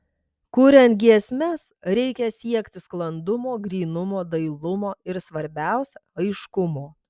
kuriant giesmes reikia siekti sklandumo grynumo dailumo ir svarbiausia aiškumo